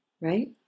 right